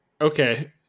Okay